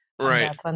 right